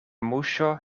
muŝo